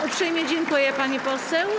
Uprzejmie dziękuję, pani poseł.